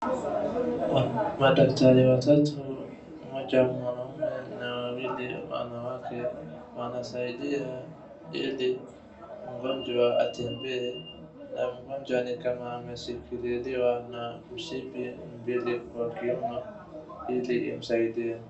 Madaktari watatu, mmoja mwanaume na wawili wanawake wanasaidia ili mgonjwa atembee na mgonjwa nikama ameshikililiwa na mshipi mbili kwa kiuno ili imsaidie.